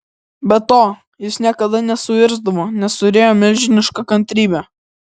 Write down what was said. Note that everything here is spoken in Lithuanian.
be to jis niekada nesuirzdavo nes turėjo milžinišką kantrybę